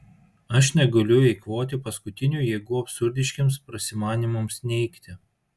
aš negaliu eikvoti paskutinių jėgų absurdiškiems prasimanymams neigti